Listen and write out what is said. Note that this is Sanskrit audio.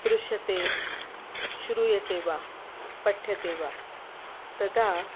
दृश्यते श्रूयते वा पठ्यते वा तदा